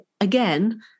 again